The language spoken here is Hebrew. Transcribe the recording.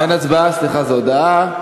אין הצבעה, סליחה, זו הודעה.